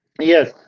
Yes